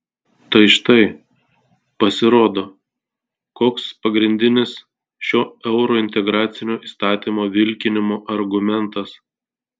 tai štai pasirodo koks pagrindinis šio eurointegracinio įstatymo vilkinimo argumentas